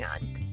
on